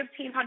1,500